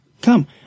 Come